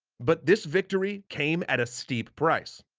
but this victory came at a steep price.